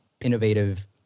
innovative